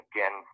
Again